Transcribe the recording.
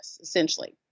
essentially